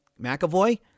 McAvoy